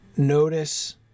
Notice